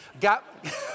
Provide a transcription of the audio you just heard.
Got